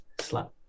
slap